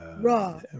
raw